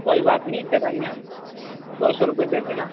کوئی بات نہیں چلیں گے دو سو روپیے دے دینا